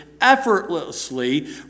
effortlessly